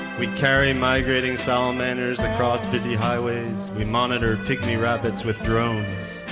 we carry migrating salamanders across busy highways. we monitor pygmy rabbits with drones.